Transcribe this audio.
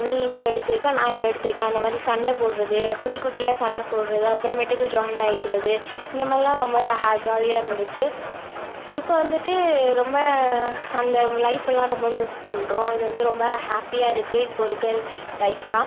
நீ இவ்வளோ எடுத்திருக்க நான் இவ்வளோ எடுத்திருக்கேன் அந்த மாதிரி சண்டை போடுறது குட்டி குட்டியாக சண்டை போடுறது அப்புறமேட்டுக்கு ஜாயின் ஆகிக்கிறது இந்த மாதிரிலாம் ரொம்ப ஹே ஜாலியாக இருந்துச்சு இப்போ வந்துட்டு ரொம்ப அந்த லைஃபெல்லாம் ரொம்ப மிஸ் பண்ணுறோம் இது வந்து ரொம்ப ஹேப்பியாக இருக்குது இப்போது இருக்கிற லைஃப்பெலாம்